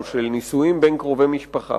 או של נישואים בין קרובי משפחה.